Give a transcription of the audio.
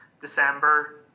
December